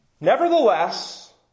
nevertheless